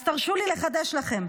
אז תרשו לי לחדש לכם: